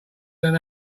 than